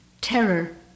Terror